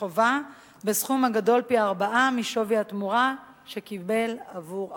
חובה בסכום הגדול פי-ארבעה משווי התמורה שקיבל בעבור הפרסום,